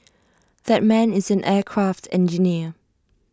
that man is an aircraft engineer